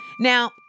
Now